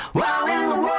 wow